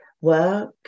work